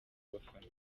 abafana